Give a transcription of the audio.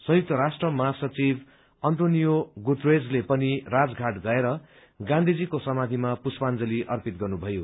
संयुक्त राष्ट्र महासचिव एन्टिनियो गुजेरेजले पनि राजघाट गएर गाँधीजीको समाधीमा पुष्पाजलि अर्पित गर्नुभयो